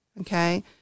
Okay